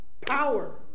power